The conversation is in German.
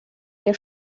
der